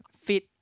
fit